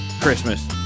Christmas